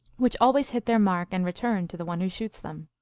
which always hit their mark and return to the one who shoots them.